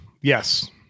yes